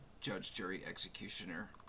judge-jury-executioner